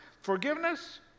forgiveness